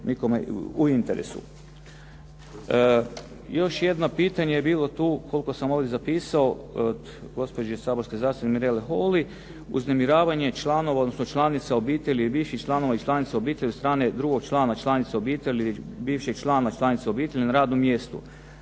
nikome, u interesu. Još jedno pitanje je bilo tu, koliko sam ovdje zapisao, od gospođe saborske zastupnice Mirele Holy. Uznemiravanje članova, odnosno članica obitelji i više članova i članica obitelji od strane drugog člana i članice obitelji bivšeg člana i članice obitelji na radnom mjestu.